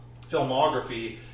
filmography